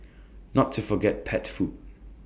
not to forget pet food